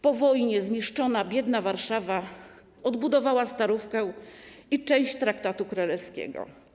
Po wojnie zniszczona, biedna Warszawa odbudowała Starówkę i część Traktu Królewskiego.